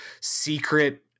secret